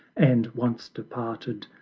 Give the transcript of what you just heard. and, once departed,